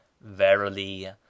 verily